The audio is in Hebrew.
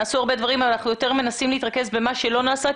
נעשו הרבה דברים ואנחנו יותר מנסים להתרכז במה שלא נעשה.